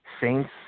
Saints